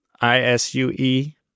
I-S-U-E